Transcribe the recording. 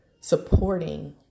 supporting